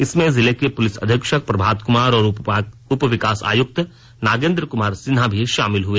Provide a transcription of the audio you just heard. इसमें जिले के पुलिस अधीक्षक प्रभात कुमार और उपविकास आयुक्त नागेंद्र कुमार सिन्हा भी शामिल हुए